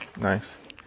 Nice